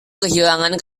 kehilangan